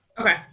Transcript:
Okay